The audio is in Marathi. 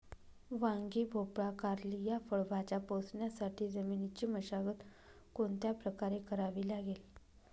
वांगी, भोपळा, कारली या फळभाज्या पोसण्यासाठी जमिनीची मशागत कोणत्या प्रकारे करावी लागेल?